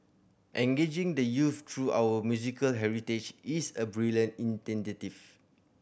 engaging the youth through our musical heritage is a brilliant